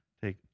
take